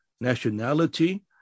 nationality